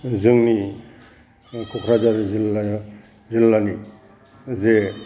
जोंनि क'क्राझार जिल्ला जिल्लानि जे